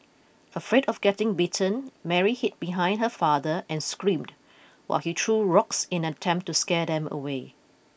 afraid of getting bitten Mary hid behind her father and screamed while he threw rocks in an attempt to scare them away